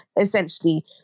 essentially